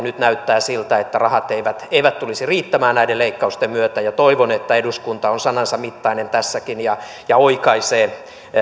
nyt näyttää siltä että rahat eivät eivät tulisi riittämään näiden leikkausten myötä ja toivon että eduskunta on sanansa mittainen tässäkin ja oikaisee